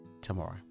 tomorrow